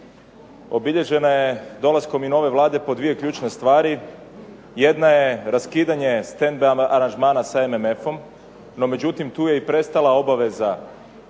obilježena je dolaskom i nove Vlade po dvije ključne stvari. Jedna je raskidanje stand by aranžmana sa MMF-om. No međutim, tu je i prestala obaveza